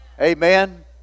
Amen